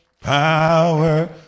power